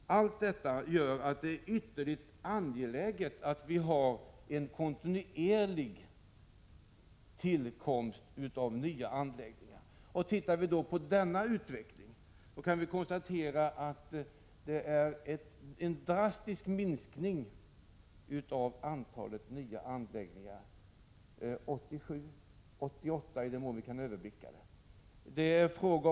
Allt detta gör att det är ytterligt angeläget att det kontinuerligt tillkommer nya anläggningar. Och ser vi på denna utveckling kan vi konstatera att det blir en drastisk minskning av antalet nya anläggningar under 1987 och 1988 i den mån vi kan överblicka de åren.